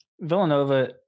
villanova